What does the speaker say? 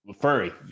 Furry